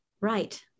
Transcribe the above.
Right